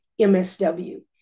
MSW